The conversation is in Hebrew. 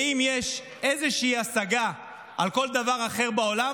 ואם יש איזושהי השגה על כל דבר אחר בעולם,